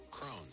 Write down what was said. Crohn's